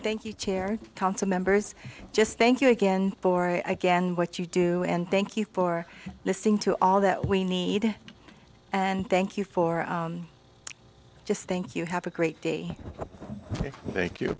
thank you chair council members just thank you again for again what you do and thank you for listening to all that we need and thank you for just thank you have a great day thank